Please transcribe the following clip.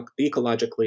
ecologically